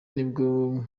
nibwo